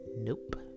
Nope